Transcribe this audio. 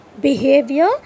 behavior